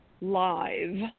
live